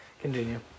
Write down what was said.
Continue